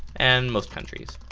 and most countries.